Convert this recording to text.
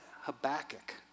Habakkuk